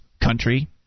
country